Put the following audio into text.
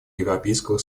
европейского